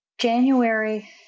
January